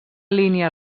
línia